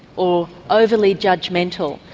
or overly judgemental,